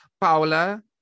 paula